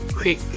quick